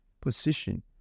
position